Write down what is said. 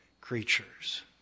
creatures